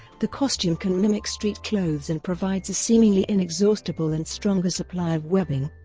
the costume can mimic street clothes and provides a seemingly inexhaustible and stronger supply of webbing.